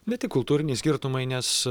ne tik kultūriniai skirtumai nes